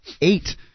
eight